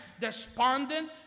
despondent